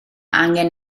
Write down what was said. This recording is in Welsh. angen